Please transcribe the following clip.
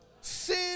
Sin